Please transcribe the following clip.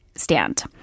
stand